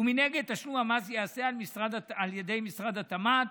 ומנגד, תשלום המס ייעשה על ידי משרד התמ"ת